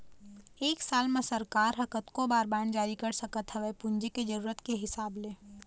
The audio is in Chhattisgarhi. एक साल म सरकार ह कतको बार बांड जारी कर सकत हवय पूंजी के जरुरत के हिसाब ले